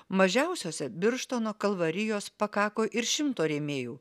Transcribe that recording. mažiausiose birštono kalvarijos pakako ir šimto rėmėjų